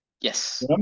Yes